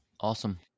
Awesome